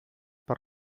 per